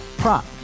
Prop